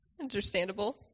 Understandable